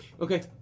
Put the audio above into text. Okay